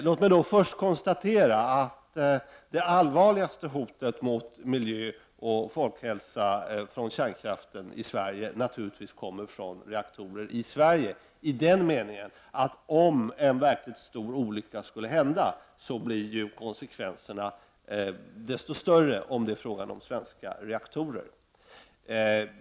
Låt mig först konstatera att det allvarligaste hotet från kärnkraften i Sverige mot miljö och folkhälsa naturligtvis kommer från reaktorerna i Sverige i den meningen att om en verkligt stor olycka skulle inträffa så blir konsekvenserna desto större om det är fråga om svenska reaktorer.